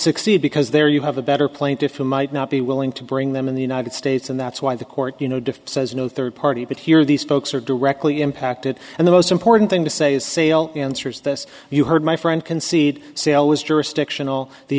succeed because there you have a better plaintiffs who might not be willing to bring them in the united states and that's why the court you know defense says no third party but here these folks are directly impacted and the most important thing to say is sail answers this you heard my friend concede sale was jurisdictional